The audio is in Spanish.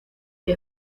que